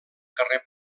carrer